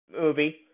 movie